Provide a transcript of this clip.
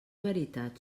veritat